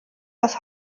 das